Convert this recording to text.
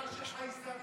ליברמן אמר שיש חייזרים,